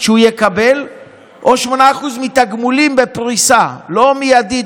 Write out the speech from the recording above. שהוא יקבל או 8% מתגמולים בפריסה לא מיידית,